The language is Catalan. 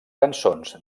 cançons